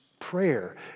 Prayer